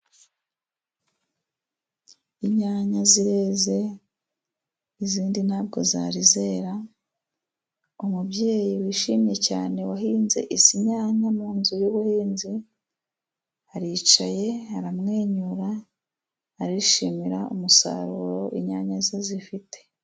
Inyanya zireze izindi ntabwo zari zera, umubyeyi wishimye cyane wahinze izi nyanya mu nzu y'ubuhinzi, aricaye aramwenyura arishimira umusaruro inyanya ze zifite.